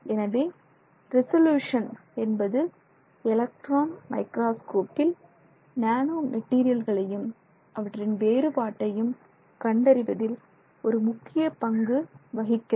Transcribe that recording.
எனவே ரெசல்யூசன் என்பது எலக்ட்ரான் மைக்ரோஸ்கோப்பில் நேனோ மெட்டீரியல்களையும் அவற்றின் வேறுபாட்டையும் கண்டறிவதில் ஒரு முக்கிய பங்கு வகிக்கிறது